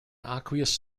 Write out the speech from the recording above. aqueous